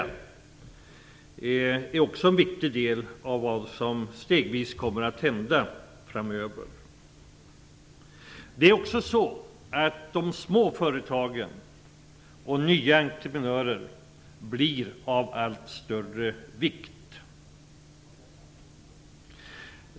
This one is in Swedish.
Det är också en viktig del i det som stegvis kommer att ske framöver. Små företag och nya entreprenörer kommer att få allt större vikt.